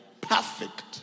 perfect